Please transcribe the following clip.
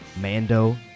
Mando